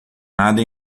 nada